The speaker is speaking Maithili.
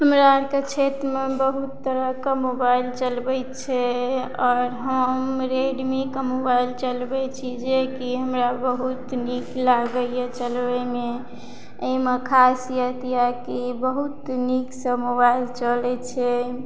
हमरा आरके क्षेत्रमे बहुत तरहके मोबाइल चलबै छै आओर हम रेडमीके मोबाइल चलबै छी जेकि हमरा बहुत नीक लागैया चलबैमे एहिमे खासियत अछि कि बहुत नीकसँ मोबाइल चलै छै